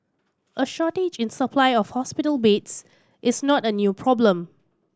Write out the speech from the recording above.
a shortage in supply of hospital beds is not a new problem